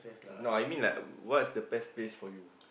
no I mean like what's the best place for you